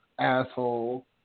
Asshole